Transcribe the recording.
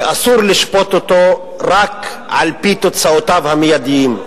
שאסור לשפוט אותו רק על-פי תוצאותיו המיידיות.